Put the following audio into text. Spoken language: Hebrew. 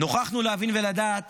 נוכחנו להבין ולדעת